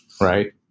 right